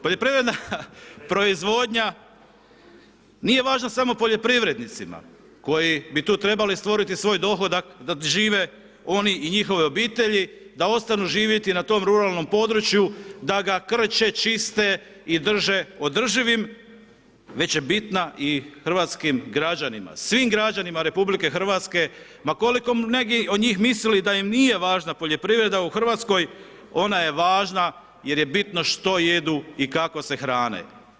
Poljoprivredna proizvodnja nije važna samo poljoprivrednicima koji bi tu trebali stvoriti svoj dohodak da žive oni i njihove obitelji, da ostanu živjeti na tom ruralnom području, da ga krče, čiste i drže održivim, već je bitna i hrvatskim građanima, svim građanima RH, ma koliko neki od njih mislili da im nije važna poljoprivreda u RH, ona je važna jer je bitno što jedu i kako se hrane.